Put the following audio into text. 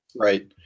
Right